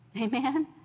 Amen